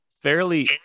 fairly